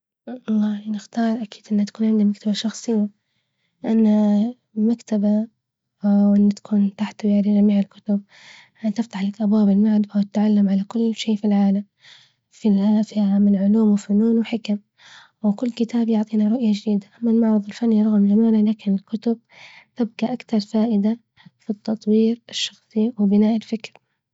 نختار أكيد إنها تكون عندي مكتبة شخصية، إنها مكتبة تكون تحتوي على جميع الكتب، أن تفتح لك أبواب المعرفة والتعلم على كل شيء في العالم، في أهم العلوم والفنون والحكم، هو كل كتاب يعطينا رؤية جديدة، أما المعرض الفني رغم إنه مهم لكن الكتب تبقى أكثر فائدة في التطوير الشخصي وبناء الفكر.